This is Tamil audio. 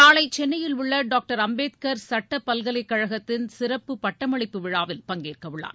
நாளை சென்னையில் உள்ள டாக்டர் அம்பேத்கார் சட்ட பல்கலைக்கழகத்தின் சிறப்பு பட்டமளிப்பு விழாவில் பங்கேற்கவுள்ளார்